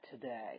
today